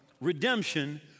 redemption